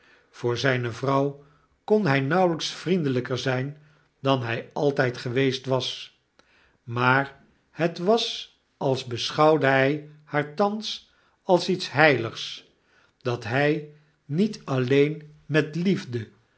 voor zyne vrouw kon hy nauwelyks vriendelyker zyn dan hy altyd geweest was maar het was als beschouwde hy haar thans als iets heiligs dat hy niet alleen met liefde